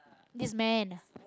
this man